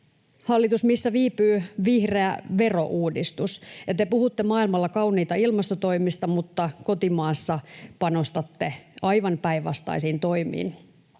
Hallitus, missä viipyy vihreä verouudistus? Te puhutte maailmalla kauniita ilmastotoimista, mutta kotimaassa panostatte aivan päinvastaisiin toimiin.